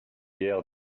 guère